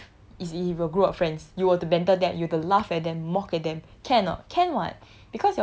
but if is with a group of friends you were to banter them you have to laugh at them mock at them can or not